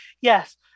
Yes